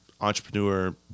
entrepreneur